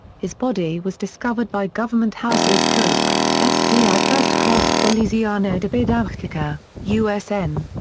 his body was discovered by government house's cook, sdi first class felisiano debid ah ahchica, usn.